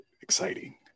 exciting